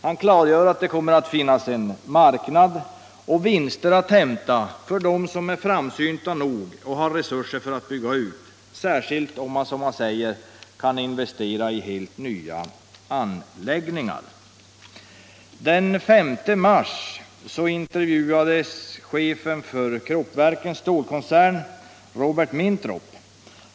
Han klargör att det kommer att finnas en marknad för stålverk och vinster att hämta för dem som är framsynta nog och har resurser att bygga ut, särskilt om man, som han säger, kan investera i helt nya anläggningar. Den 5 mars intervjuades chefen för Kruppverkens stålkoncern Robert Mintrop i Aftonbladet.